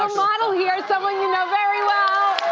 um model here, someone you know very well.